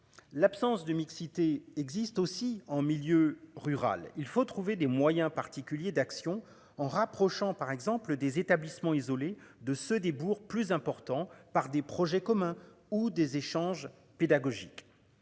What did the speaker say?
L'absence de mixité existe aussi en milieu rural, il faut trouver des moyens particuliers d'action en rapprochant par exemple des établissements isolés de ce débours plus important par des projets communs ou des échanges pédagogiques.